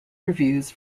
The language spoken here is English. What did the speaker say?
reviews